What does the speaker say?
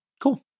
cool